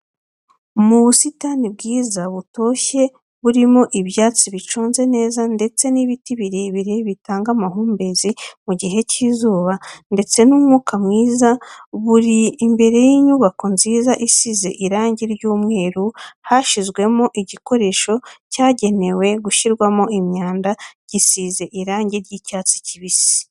Mu busitani bwiza butoshye burimo ibyatsi biconze neza ndetse n'ibiti birebire bitanga amahumbezi mu gihe cy'izuba ndetse n'umwuka mwiza buri imbere y'inyubako nziza isize irangi ry'umweru hashyizwemo igikoresho cyagenewe gushyirwamo imyanda gisizwe irangi ry'icyatsi kibisi.